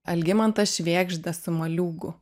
algimantas švėgžda su moliūgu